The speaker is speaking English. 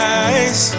eyes